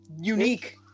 unique